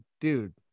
dude